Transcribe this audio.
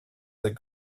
that